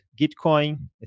Gitcoin